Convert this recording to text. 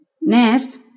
Next